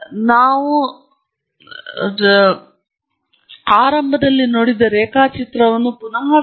ಆದ್ದರಿಂದ ಇದರೊಂದಿಗೆ ನಾವು ಹತ್ತಿರದ ಪರಿಭಾಷೆ ಅಥವಾ ಪ್ರಮುಖ ಪರಿಭಾಷೆಗೆ ಬರುತ್ತೇವೆ